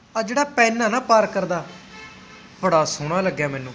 ਆਹ ਜਿਹੜਾ ਪੈੱਨ ਹੈ ਨਾ ਪਾਰਕਰ ਦਾ ਬੜਾ ਸੋਹਣਾ ਲੱਗਿਆ ਮੈਨੂੰ